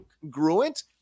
congruent